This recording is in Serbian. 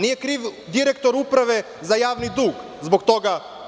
Nije kriv direktor Uprave za javni dug zbog toga.